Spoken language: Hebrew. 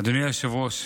אדוני היושב-ראש,